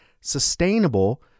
sustainable